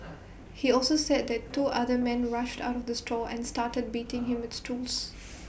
he also said that two other men rushed out of the store and started beating him with stools